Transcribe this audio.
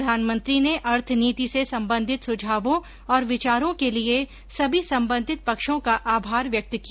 प्रधानमंत्री ने अर्थनीति से संबंधित सुझावों और विचारों के लिए सभी संबंधित पक्षों का आभार व्यक्त किया